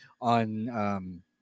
on